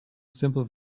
simple